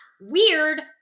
weird